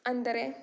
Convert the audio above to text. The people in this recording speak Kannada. ಅಂದರೆ